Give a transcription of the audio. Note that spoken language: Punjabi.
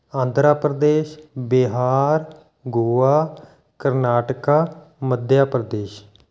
ਆਂਧਰਾ ਪ੍ਰਦੇਸ਼ ਬਿਹਾਰ ਗੋਆ ਕਰਨਾਟਕਾ ਮੱਧਿਆ ਪ੍ਰਦੇਸ਼